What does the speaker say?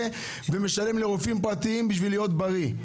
ומשלם לרופאים פרטיים בשביל להיות בריא.